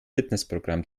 fitnessprogramm